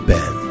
Ben